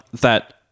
That-